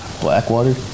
Blackwater